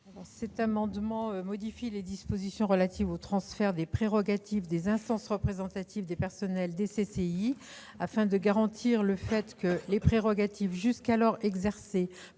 n° 957 vise à modifier les dispositions relatives au transfert des prérogatives des instances représentatives des personnels des CCI afin de garantir le fait que les prérogatives jusqu'alors exercées